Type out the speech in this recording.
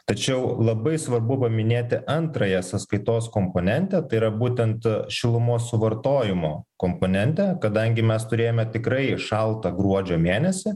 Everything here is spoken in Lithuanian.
tačiau labai svarbu paminėti antrąją sąskaitos komponentę tai yra būtent šilumos suvartojimo komponentę kadangi mes turėjome tikrai šaltą gruodžio mėnesį